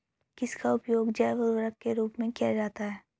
किसका उपयोग जैव उर्वरक के रूप में किया जाता है?